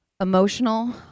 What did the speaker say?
Emotional